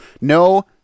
no